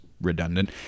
redundant